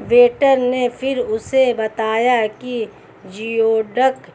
waiter ने फिर उसे बताया कि जिओडक